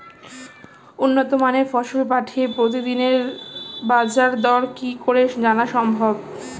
উন্নত মানের ফসল পাঠিয়ে প্রতিদিনের বাজার দর কি করে জানা সম্ভব?